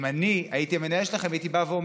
אם אני הייתי מנהל שלכם, הייתי אומר: